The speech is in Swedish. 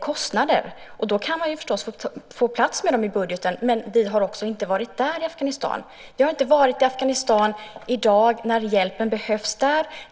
kostnader, och då kan man förstås få plats med dem i budgeten. Men vi har heller inte varit där. Vi har inte varit i Afghanistan i dag när hjälpen behövs där.